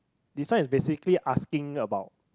this one is basically asking about